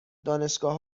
دانشگاه